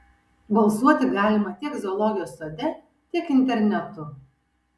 balsuoti galima tiek zoologijos sode tiek internetu